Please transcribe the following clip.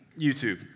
YouTube